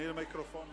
הקואליציה מתפרקת?